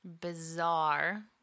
Bizarre